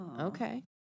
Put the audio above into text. Okay